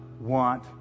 want